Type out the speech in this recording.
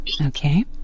Okay